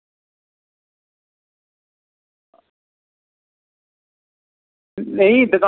नेईं दका